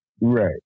Right